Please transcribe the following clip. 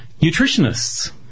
nutritionists